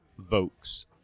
Vokes